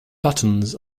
buttons